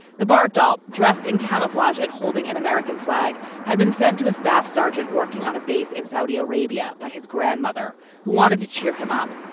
the bart doll dressed in camouflage and holding an american flag had been sent to a staff sergeant working on a base in saudi arabia by his grandmother who wanted to cheer him up.